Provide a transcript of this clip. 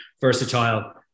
versatile